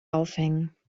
aufhängen